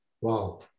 Wow